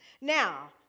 Now